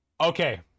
Okay